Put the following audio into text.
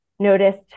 Noticed